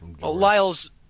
Lyle's